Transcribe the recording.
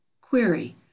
Query